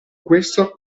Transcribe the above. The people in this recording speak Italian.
questo